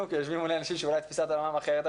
כי יושבים מלא אנשים שתפיסת עולמם אחרת,